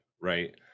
right